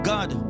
God